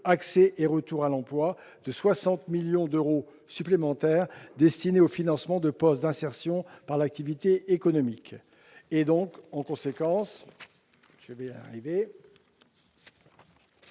Accès et retour à l'emploi » de 60 millions d'euros supplémentaires, destinés au financement de postes d'insertion par l'activité économique. Il vise, en conséquence, à diminuer